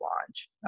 launch